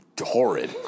horrid